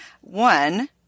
One